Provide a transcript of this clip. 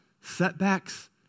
setbacks